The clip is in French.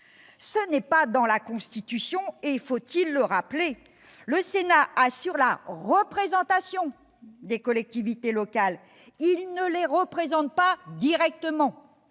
Ce n'est pas dans la Constitution, et- faut-il le rappeler ?-, si le Sénat assure la représentation des collectivités locales, il ne les représente pas directement.